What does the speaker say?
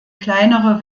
kleinere